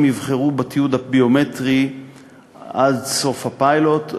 יבחרו בתיעוד הביומטרי עד סוף הפיילוט,